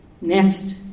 Next